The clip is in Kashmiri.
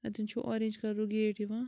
اَتیٚن چھُو اورینٛج کَلرُک گیٹ یِوان